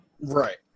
right